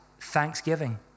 thanksgiving